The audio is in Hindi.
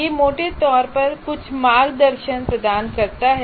यह मोटे तौर पर कुछ मार्गदर्शन प्रदान करता है